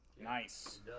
Nice